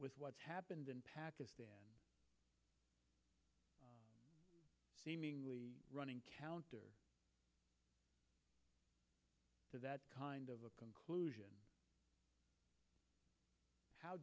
with what's happened in pakistan seemingly running counter to that kind of a conclusion how